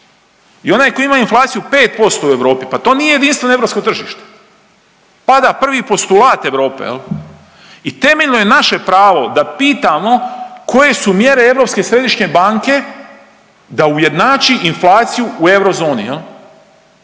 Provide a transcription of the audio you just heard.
i onaj koji ima inflaciju 5% u Europi pa to nije jedinstveno europsko tržište, pada prvi postulat Europe i temeljno je naše pravo da pitamo koje su mjere Europske središnje banke da ujednači inflaciju u eurozoni. Jel